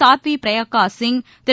Sadhvi Pragya Singh Thiru